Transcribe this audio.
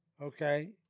Okay